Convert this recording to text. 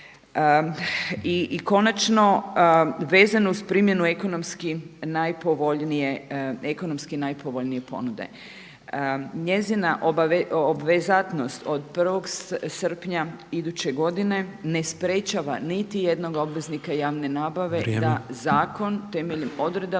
najpovoljnije, ekonomski najpovoljnije ponude njezina obvezatnost od 1. srpnja iduće godine ne sprječava niti jednog obveznika javne nabave da …/Upadica